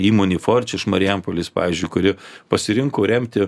įmonė forčiu iš marijampolės pavyzdžiui kuri pasirinko remti